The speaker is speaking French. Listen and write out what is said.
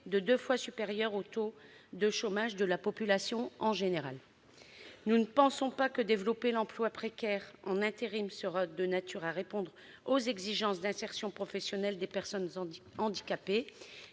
de deux fois supérieur au taux moyen de chômage de la population. Nous ne pensons pas que le fait de développer l'emploi précaire en intérim sera de nature à répondre aux exigences d'insertion professionnelle des personnes handicapées.